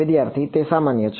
વિદ્યાર્થી તે સામાન્ય છે